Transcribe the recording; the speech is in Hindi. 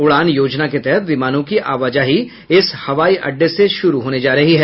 उड़ान योजना के तहत विमानों की आवाजाही इस हवाई अड्डे से शुरू होने जा रही है